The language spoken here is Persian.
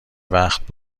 وقت